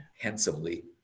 handsomely